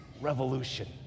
revolution